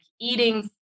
eating